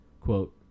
Quote